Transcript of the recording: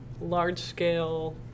large-scale